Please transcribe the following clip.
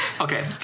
okay